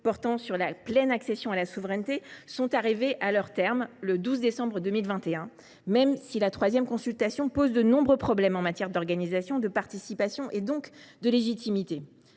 portant sur l’accession à la pleine souveraineté sont arrivés à leur terme le 12 décembre 2021, même si la troisième consultation pose de nombreux problèmes en termes d’organisation, de participation et donc de légitimité.